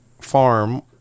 farm